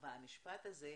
והמשפט הזה: